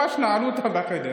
ממש נעלו אותם בחדר